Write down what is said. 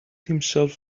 himself